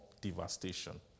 devastation